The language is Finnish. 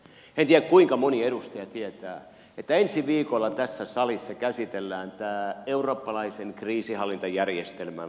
en tiedä kuinka moni edustaja tietää että ensi viikolla tässä salissa käsitellään eurooppalaisen kriisinhallintajärjestelmän lakipaketti